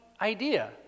idea